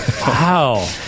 Wow